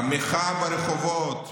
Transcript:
המחאה ברחובות,